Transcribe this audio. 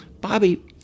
Bobby